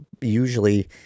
usually